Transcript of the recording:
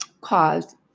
cause